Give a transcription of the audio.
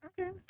Okay